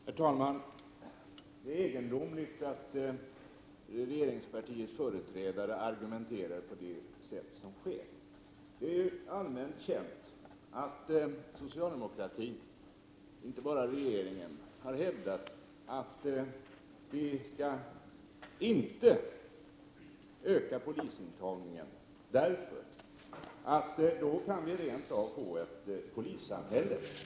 Herr talman! Det är egendomligt att regeringspartiets företrädare argumenterar på det sätt som sker. Det är ju allmänt känt att socialdemokratin, inte bara regeringen, har hävdat att vi inte skall öka intagningen till polisyrket, därför att vi då rent av kan få ett polissamhälle, en polisstat.